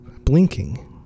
blinking